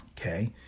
okay